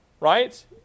Right